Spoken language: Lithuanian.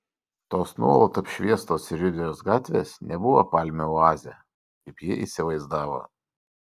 tos nuolat apšviestos ir judrios gatvės nebuvo palmių oazė kaip ji įsivaizdavo